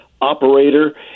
operator